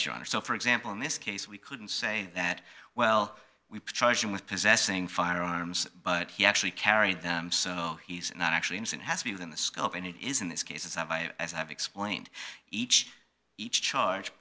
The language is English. honor so for example in this case we couldn't say that well we've charged him with possessing firearms but he actually carried them so he's not actually innocent has to be within the scope and it is in this case as i as i've explained each each charge